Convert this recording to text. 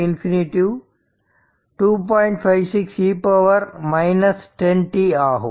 56 e 10t ஆகும்